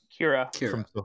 Kira